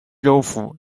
州府